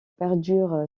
perdure